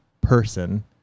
person